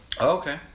okay